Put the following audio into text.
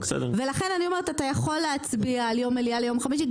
לכן אני אומרת שאתה יכול להצביע על יום מליאה ליום חמישי,